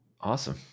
Awesome